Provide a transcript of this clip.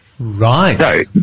Right